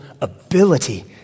ability